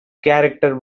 character